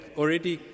already